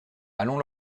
allons